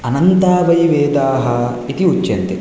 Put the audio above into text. अनन्ता वै वेदाः इति उच्यन्ते